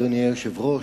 אדוני היושב-ראש,